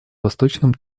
восточном